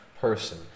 person